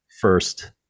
first